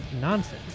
nonsense